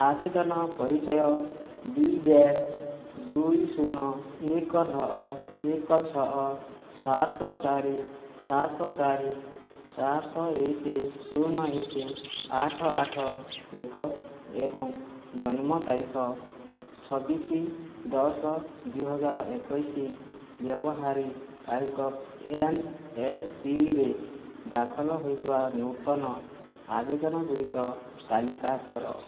ଆବେଦନ ପରିଚୟ B Z ଦୁଇ ଶୂନ ଏକ ନଅ ଏକ ଛଅ ସାତ ଚାରି ସାତ ଚାରି ସାତ ଏକ ଶୂନ ଏକ ଆଠ ଆଠ ଏକ ଏବଂ ଜନ୍ମତାରିଖ ଚବିଶ ଦଶ ଦୁଇହଜାର ଏକୋଇଶ ବ୍ୟବହାରକାରୀଙ୍କ ଏନ୍ଏସ୍ପିରେ ଦାଖଲ ହୋଇଥିବା ନୂତନ ଆବେଦନ ଗୁଡ଼ିକର ତାଲିକା କର